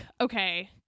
okay